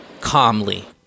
Calmly